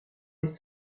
les